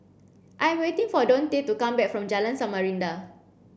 I'm waiting for Dontae to come back from Jalan Samarinda